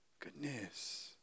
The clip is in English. Goodness